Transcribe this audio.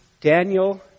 Daniel